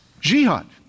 Jihad